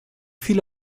viele